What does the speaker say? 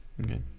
Okay